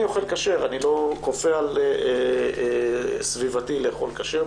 אני לא כופה על סביבתי לאכול כשר.